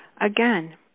Again